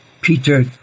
Peter